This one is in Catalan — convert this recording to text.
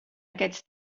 aquests